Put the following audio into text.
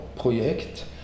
project